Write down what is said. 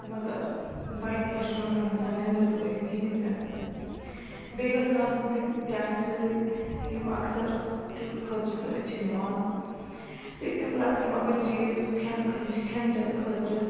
مگر بایکہِ پٮ۪ٹھ چھُنہٕ ہٮ۪کان اِنسان نیدٕر تٔرٲیِتھ کِہیٖنۍ تہِ نہٕ بیٚیہِ گَژھن آسٕنۍ تِم ٹٮ۪نٹ سۭتۍ یِم اکثر ٹیوٗرٕ خٲطرٕ سۭتۍ چھِ نِوان بیٚیہِ تِم لکٕٹۍ مکٕٹۍ چیٖز کھٮ۪نہٕ خۄن چھِ کھٮ۪نہٕ چیٚن خٲطرٕ